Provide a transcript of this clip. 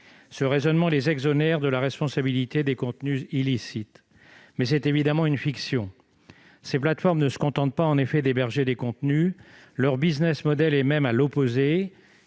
Ce raisonnement les exonère de la responsabilité des contenus illicites, mais c'est évidemment une fiction : en effet, ces plateformes ne se contentent pas d'héberger des contenus. Leur est même à l'opposé,